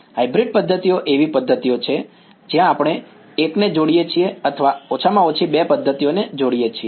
hybrid પદ્ધતિઓ એવી પદ્ધતિઓ છે જ્યાં આપણે એકને જોડીએ છીએ અથવા ઓછામાં ઓછી બે પદ્ધતિઓને જોડીએ છીએ